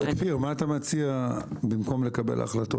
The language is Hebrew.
אז כפיר, מה אתה מציע במקום לקבל החלטות?